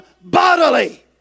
bodily